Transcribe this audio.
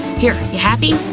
here, you happy?